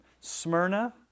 Smyrna